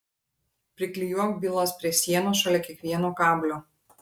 priklijuok bylas prie sienos šalia kiekvieno kablio